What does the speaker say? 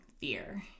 fear